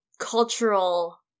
cultural